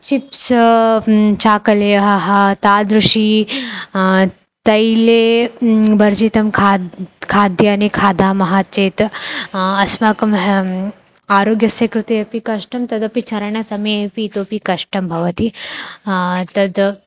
chips चाकलेहः तादृशं तैले भर्जितं खाद् खाद्यानि खादामः चेत् अस्माकम् आरोग्यस्य कृते अपि कष्टं तदपि चारणसमये अपि इतोपि कष्टं भवति तद्